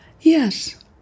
Yes